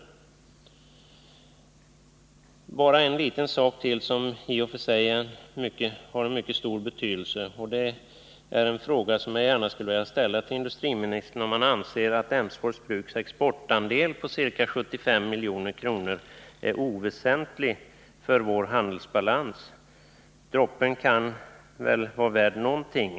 Det finns en liten sak till, som i och för sig har mycket stor betydelse, där jag gärna skulle vilja ställa en fråga till industriministern: Anser industriministern att Emsfors bruks exportandel på ca 75 milj.kr. är oväsentlig för vår handelsbalans? Droppen kan väl vara värd någonting.